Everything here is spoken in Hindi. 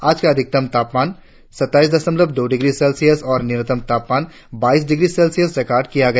आज का अधिकतम तापमान सत्ताईस दशमलव दो डिग्री सेल्सियस और न्यूनतम तापमान बाईस डिग्री सेल्सियस रिकार्ड किया गया